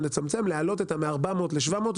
להעלות מ-400 ל-700,